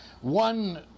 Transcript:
one